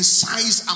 size